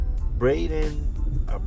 Braden